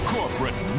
Corporate